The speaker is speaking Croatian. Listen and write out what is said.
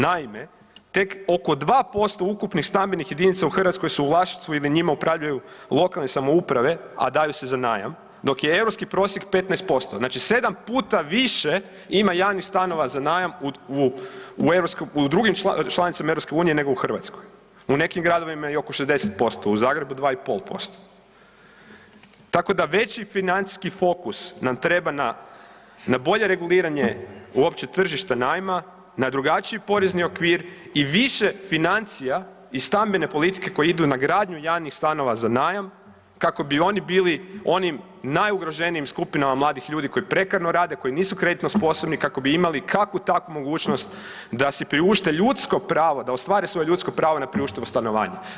Naime, tek oko 2% ukupnih stambenih jedinica u Hrvatskoj su u vlasništvu i da njima upravljaju lokalne samouprave, a daju se za najam dok je europski prosjek 15%, znači sedam puta više ima javnih stanova za najam u drugim članicama EU nego u Hrvatskoj u nekim gradovima i oko 60% u Zagrebu 2,5%, tako da već financijski fokus nam treba na bolje reguliranje uopće tržišta najma na drugačiji porezni okvir i više financija i stambene politike koje idu na gradnju javnih stanova za najam kako bi oni bili onim najugroženijim skupinama mladih ljudi koji prekarno rade, koji nisu kreditno sposobni, kako bi imali kakvu-takvu mogućnost da si priušte ljudsko pravo, da ostvare svoje ljudsko pravo na priuštivo stanovanje.